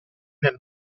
nel